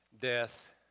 death